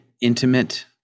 intimate